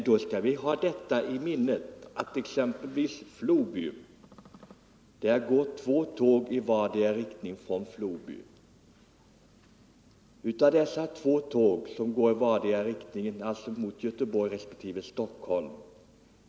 Vi skall då hålla i minnet att det från exempelvis Floby går två tåg i vardera riktningen, dvs. mot Göteborg respektive Stockholm.